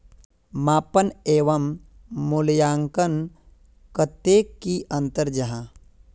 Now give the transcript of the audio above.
मापन एवं मूल्यांकन कतेक की अंतर जाहा?